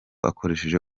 akoresheje